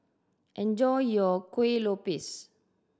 enjoy your Kueh Lopes